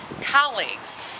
colleagues